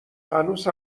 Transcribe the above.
هنوز